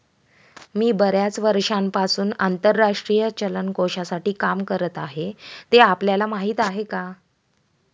मी बर्याच वर्षांपासून आंतरराष्ट्रीय चलन कोशासाठी काम करत आहे, ते आपल्याला माहीत आहे का?